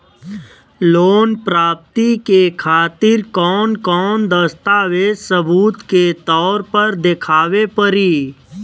Loan प्राप्ति के खातिर कौन कौन दस्तावेज सबूत के तौर पर देखावे परी?